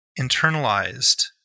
internalized